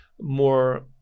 more